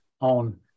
on